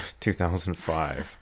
2005